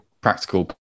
practical